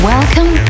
Welcome